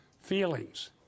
feelings